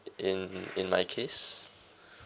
in my case